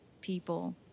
people